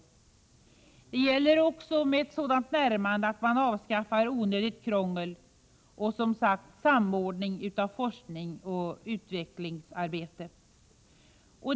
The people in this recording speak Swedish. Det gäller också vid ett sådant närmande att onödigt krångel avskaffas och att en samordning av forskning och utvecklingsarbete kommer till stånd.